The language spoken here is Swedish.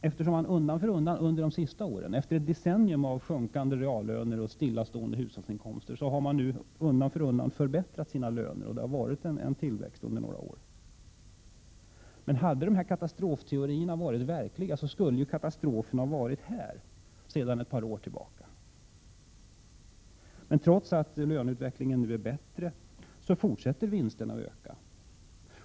Efter ett decennium av sjunkande reallöner och stillastående hushållsinkomster har lönerna nu undan för undan förbättrats. Om katastrofteorierna hade varit verkliga, skulle katastrofen ha varit här sedan ett par år tillbaka. Trots att löneutvecklingen nu är bättre fortsätter vinsterna att öka.